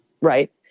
Right